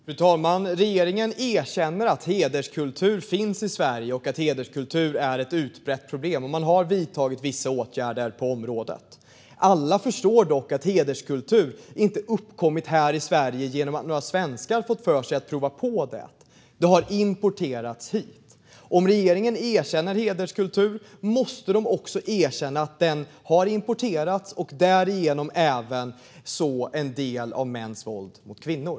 Fru talman! Regeringen erkänner att hederskultur finns i Sverige och att hederskultur är ett utbrett problem. Man har vidtagit vissa åtgärder på området. Alla förstår dock att hederskultur inte har uppkommit här i Sverige genom att några svenskar har fått för sig att prova på det. Det har importerats hit. Om regeringen erkänner hederskultur måste de också erkänna att den har importerats, och därigenom även en del av mäns våld mot kvinnor.